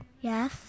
Yes